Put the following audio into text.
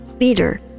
leader